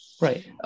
Right